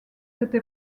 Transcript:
cette